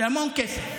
זה המון כסף.